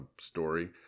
story